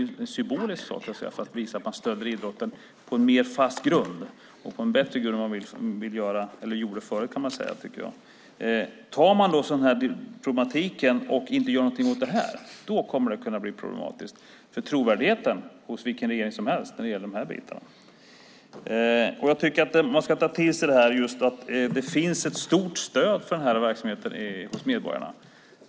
Det är en symbolisk sak för att visa att man stöder idrotten på en mer fast grund och en bättre grund än tidigare. Om man inte gör något åt denna problematik kommer det att bli problem när det gäller trovärdigheten för vilken regering som helst när det gäller dessa saker. Jag tycker att man ska ta till sig att det finns ett stort stöd för denna verksamhet hos medborgarna.